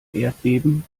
erdbeben